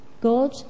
God